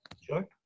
Sure